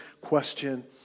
question